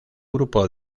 grupo